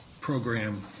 program